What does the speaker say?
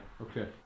Okay